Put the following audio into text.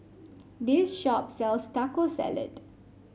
this shop sells Taco Salad